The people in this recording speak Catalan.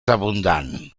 abundant